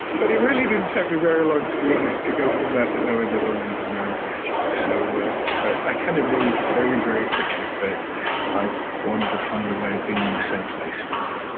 but it really didn't take me very long, to be honest, to go from that to knowing that i wanted to marry gretchen. so so i kind of knew very, very quickly that i wanted to find a way of being in the same place with her.